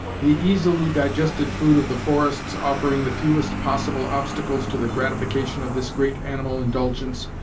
the easily-digested food of the forests offering the fewest possible obstacles to the gratification of this great animal indulgence,